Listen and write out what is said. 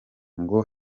ngo